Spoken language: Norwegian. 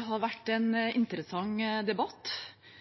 har vært en interessant debatt. Maritim næring er sentral for Norge, og her er det en